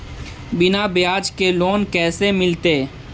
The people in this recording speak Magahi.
बिना ब्याज के लोन कैसे मिलतै?